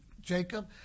Jacob